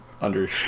under-